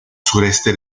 sureste